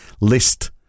list